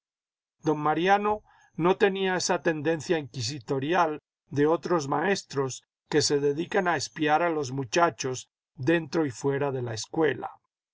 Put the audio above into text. don mariano no tenía esa tendencia inquisitorial de otros maestros que se dedican a espiar a los muchachos dentro y fuera de la escuela